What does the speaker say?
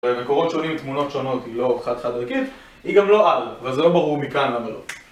ממקורות שונים, תמונות שונות, היא לא חד חד ערכית והיא גם לא על, וזה לא ברור מכאן למה לא